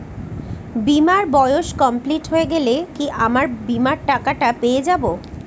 বীমার বয়স কমপ্লিট হয়ে গেলে কি আমার বীমার টাকা টা পেয়ে যাবো?